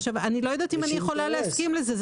אני לא יודעת אם אני יכולה להסכים לזה.